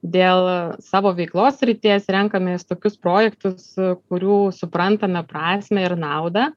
dėl savo veiklos srities renkamės tokius projektus kurių suprantame prasmę ir naudą